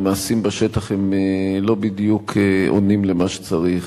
המעשים בשטח לא בדיוק עונים על מה שצריך.